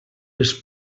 les